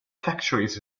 factories